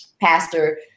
Pastor